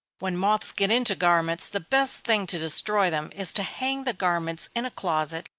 when moths get into garments, the best thing to destroy them is to hang the garments in a closet,